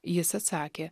jis atsakė